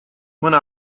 mõne